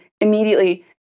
immediately